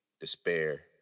despair